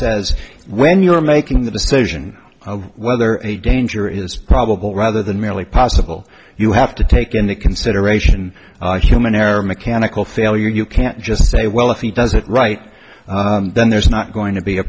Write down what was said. says when you are making the decision of whether a danger is probable rather than merely possible you have to take into consideration human error or mechanical failure you can't just say well if he does it right then there's not going to be a